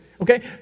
okay